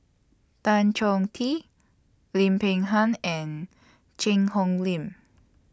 Tan Chong Tee Lim Peng Han and Cheang Hong Lim